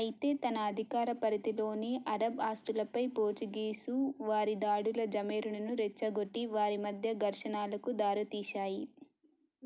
అయితే తన అధికార పరిధిలోని అరబ్ ఆస్తులపై పోర్చుగీసు వారి దాడుల జమేరునును రెచ్చగొట్టి వారి మధ్య ఘర్షణాలకు దారితీశాయి